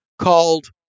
called